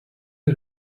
you